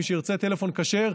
מי שירצה טלפון כשר,